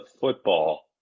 football